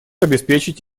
обеспечить